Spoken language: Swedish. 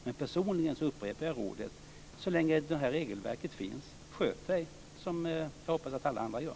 Men personligen upprepar jag rådet: Så länge det här regelverket finns, sköt dig, som jag hoppas att alla andra gör.